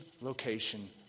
location